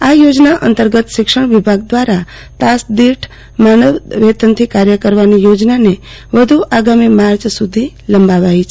આ યોજના અંતર્ગત શિક્ષણ વિભાગ દ્રારા તાસદીઠ માનદ વેતનથી કાર્ય કરવાની યોજનાને વધુ આગામી માર્ચ સુધી લંબાવાઈ છે